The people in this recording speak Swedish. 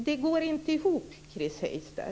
Det går inte ihop, Chris Heister.